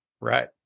Right